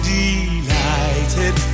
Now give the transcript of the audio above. delighted